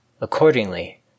Accordingly